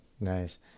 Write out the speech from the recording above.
Nice